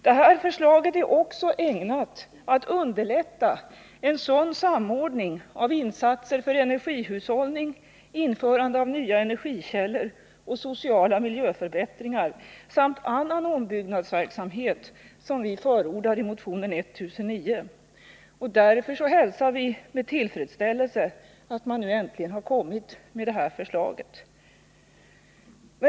Detta förslag är också ägnat att underlätta en sådan samordning av insatserna för energihushållning, införande av nya energikällor och sociala miljöförbättringar samt annan ombyggnadsverksamhet som vi förordar i motion 1009. Därför hälsar vi med tillfredsställelse att man äntligen kommit med detta förslag.